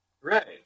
Right